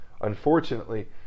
unfortunately